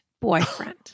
boyfriend